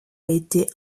été